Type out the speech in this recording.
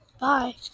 Bye